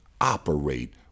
operate